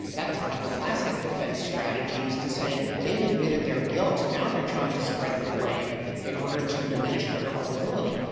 that's a classic defense strategy is to say, they've admitted their guilt. now they're trying to spread the blame in order to diminish their culpability.